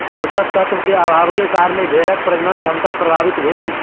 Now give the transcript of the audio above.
पोषक तत्व के अभावक कारणें भेड़क प्रजनन क्षमता प्रभावित भेल